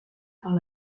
par